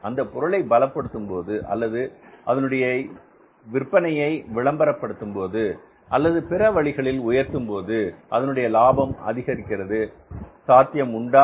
அந்தப் பொருளை பலப்படுத்தும் போது அல்லது அதனுடைய விற்பனையை விளம்பரப்படுத்தும் போது அல்லது பிற வழிகளில் உயர்த்தும்போது அதனுடைய லாபம் அதிகரிப்பதற்கு சாத்தியம் உண்டா